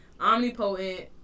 omnipotent